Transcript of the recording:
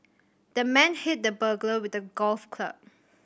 the man hit the burglar with a golf club